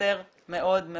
חסר מאוד.